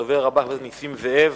הדובר הבא, חבר הכנסת נסים זאב.